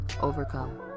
Overcome